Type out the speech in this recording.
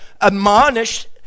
admonished